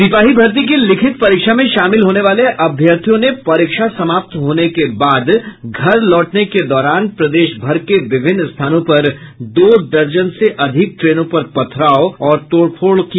सिपाही भर्ती की लिखित परीक्षा में शामिल होने वाले अभ्यर्थियों ने परीक्षा समाप्त होने के बाद घर लौटने के दौरान प्रदेश भर के विभिन्न स्थानों पर दो दर्जन से अधिक ट्रेनों पर पथराव और तोड़ फोड़ की